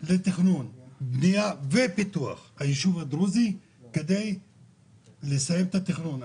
לתכנון בנייה ופיתוח היישוב הדרוזי כדי לסיים את התכנון.